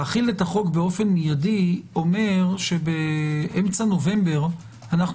להחיל את החוק באופן מיידי אומר שבאמצע נובמבר אנחנו